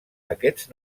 aquests